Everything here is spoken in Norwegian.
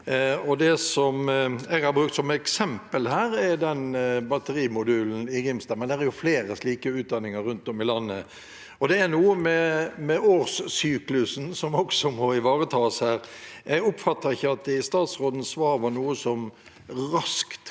Det jeg har brukt som eksempel her, er batterimodulen i Grimstad, men det er flere slike utdanninger rundt om i landet. Det er noe med årssyklusen som også må ivaretas her. Jeg oppfatter ikke at det i statsrådens svar var noe som raskt